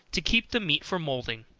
to keep the meat from moulding.